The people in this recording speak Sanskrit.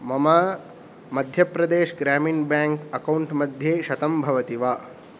मम मध्यप्रदेशग्रामिण ब्याङ्क् अक्कौण्ट् मध्ये शतं भवति वा